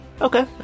Okay